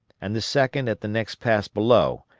and the second at the next pass below,